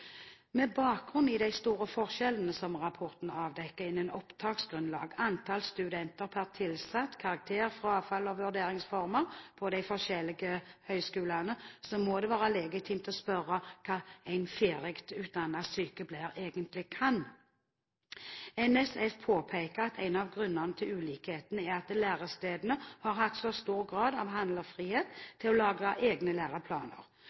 de store forskjellene som rapporten avdekker innen opptaksgrunnlag, antall studenter per tilsatt, karakterer, frafall og vurderingsformer på de forskjellige høyskolene, må det være legitimt å spørre hva en ferdig utdannet sykepleier egentlig kan. NSF påpeker at en av grunnene til ulikheten er at lærestedene har hatt stor grad av handlefrihet til å lage egne